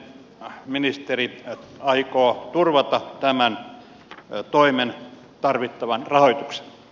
miten ministeri aikoo turvata tämän toimen tarvittavan rahoituksen